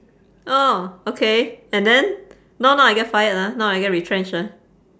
oh okay and then not not I get fired ah not I get retrenched ah